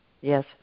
Yes